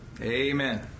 Amen